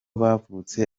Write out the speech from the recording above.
bavutse